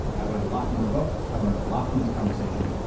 i learned a lot from her book, i learned a lot from this conversation.